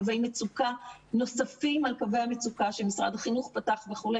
קווי מצוקה נוספים על קווי המצוקה שמשרד החינוך פתח וכו',